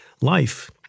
life